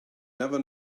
never